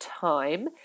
time